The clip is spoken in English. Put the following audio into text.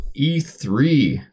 E3